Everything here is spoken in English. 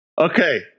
Okay